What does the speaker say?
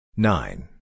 Nine